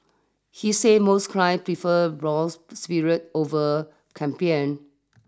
he say most client prefer brown spirits over champagne